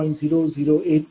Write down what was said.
008 p